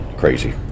Crazy